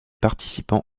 participants